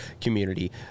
community